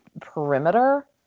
perimeter